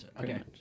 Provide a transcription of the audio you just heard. Okay